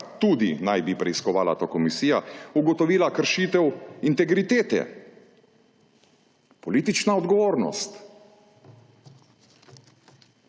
tudi naj bi preiskovala ta komisija, ugotovila kršitev integritete. Politična odgovornost.